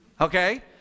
Okay